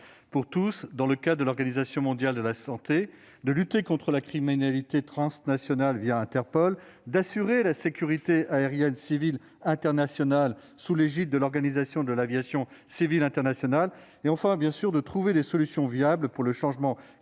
pour tous dans le cadre de l'Organisation mondiale de la santé, à lutter contre la criminalité transnationale Interpol, à assurer la sécurité aérienne civile internationale sous l'égide de l'Organisation de l'aviation civile internationale et, enfin, à trouver des solutions viables pour le changement climatique